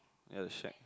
ya the shag